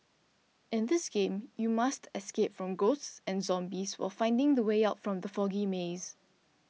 in this game you must escape from ghosts and zombies while finding the way out from the foggy maze